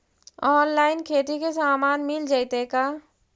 Online खेती के सामान मिल जैतै का?